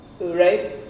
right